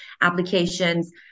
applications